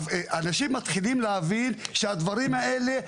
אנשים מתחילים להבין שהדברים האלה,